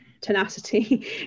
tenacity